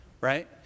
Right